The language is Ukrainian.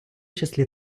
числі